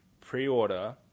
pre-order